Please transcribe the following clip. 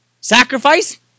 Sacrifice